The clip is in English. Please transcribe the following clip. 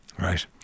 Right